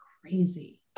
crazy